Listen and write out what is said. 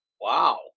Wow